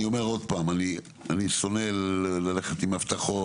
אני אומר עוד פעם: אני שונא ללכת עם הבטחות